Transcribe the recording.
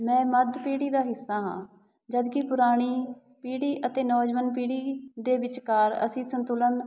ਮੈਂ ਮੱਧ ਪੀੜੀ ਦਾ ਹਿੱਸਾ ਹਾਂ ਜਦਕਿ ਪੁਰਾਣੀ ਪੀੜੀ ਅਤੇ ਨੌਜਵਾਨ ਪੀੜੀ ਦੇ ਵਿਚਕਾਰ ਅਸੀਂ ਸੰਤੁਲਨ